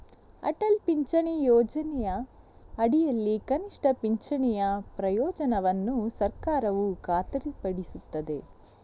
ಅಟಲ್ ಪಿಂಚಣಿ ಯೋಜನೆಯ ಅಡಿಯಲ್ಲಿ ಕನಿಷ್ಠ ಪಿಂಚಣಿಯ ಪ್ರಯೋಜನವನ್ನು ಸರ್ಕಾರವು ಖಾತರಿಪಡಿಸುತ್ತದೆ